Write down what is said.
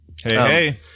Hey